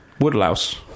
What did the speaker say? Woodlouse